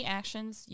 actions